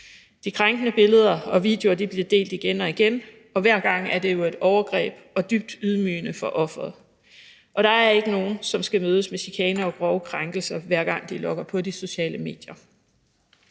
De krænkende billeder og videoer blev delt igen og igen, og det var hver gang et overgreb og dybt ydmygende for offeret. Der er ikke nogen, der skal mødes med chikane og grove krænkelser, hver gang de logger på de sociale medier.